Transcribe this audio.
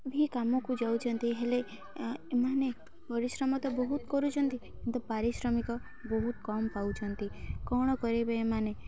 କାମକୁ ଯାଉଛନ୍ତି ହେଲେ ଏମାନେ ପରିଶ୍ରମ ତ ବହୁତ କରୁଛନ୍ତି କିନ୍ତୁ ପାରିଶ୍ରମିକ ବହୁତ କମ୍ ପାଉଛନ୍ତି କ'ଣ କରିବେ ଏମାନେ